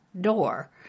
door